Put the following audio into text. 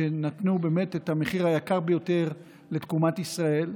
שנתנו באמת את המחיר הגבוה ביותר לתקומת ישראל.